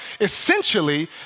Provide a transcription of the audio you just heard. essentially